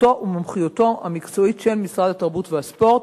סמכותו ומומחיותו המקצועית של משרד התרבות והספורט.